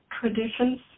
traditions